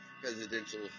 presidential